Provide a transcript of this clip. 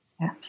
Yes